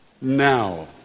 now